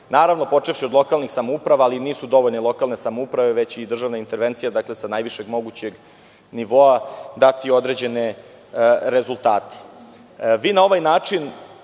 počevši od lokalnih samouprava, ali nisu dovoljne samo lokalne samouprave, već i državna intervencija sa najvišeg mogućeg nivoa, dati određene rezultate. Vi na ovaj način